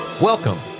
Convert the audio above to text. Welcome